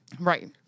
Right